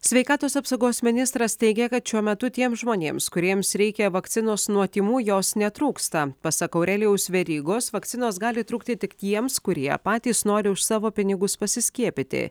sveikatos apsaugos ministras teigia kad šiuo metu tiems žmonėms kuriems reikia vakcinos nuo tymų jos netrūksta pasak aurelijaus verygos vakcinos gali trūkti tik tiems kurie patys nori už savo pinigus pasiskiepyti